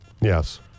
Yes